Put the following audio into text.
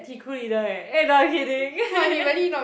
he crew leader eh eh no I'm kidding